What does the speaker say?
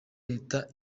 leta